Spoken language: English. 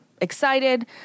excited